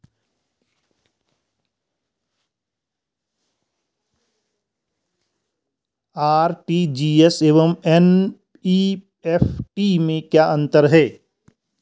RTGS एवं NEFT में क्या अंतर है?